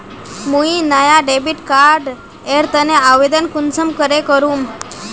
मुई नया debit card एर तने आवेदन कुंसम करे करूम?